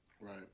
Right